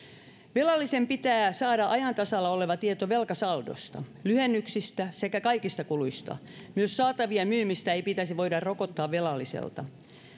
velallisen pitää saada ajan tasalla oleva tieto velkasaldosta lyhennyksistä sekä kaikista kuluista myöskään saatavien myymisestä ei pitäisi voida rokottaa velalliselta